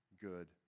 good